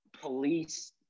police